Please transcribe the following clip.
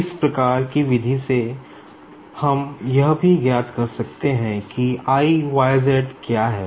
इस प्रकार की विधि से हम यह भी ज्ञात कर सकते हैं कि I YZ क्या है